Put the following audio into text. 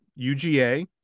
UGA